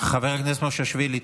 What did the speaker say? חבר הכנסת מושיאשוילי,